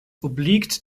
obliegt